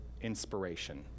inspiration